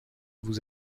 vous